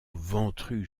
ventru